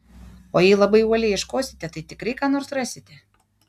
o jei labai uoliai ieškosite tai tikrai ką nors rasite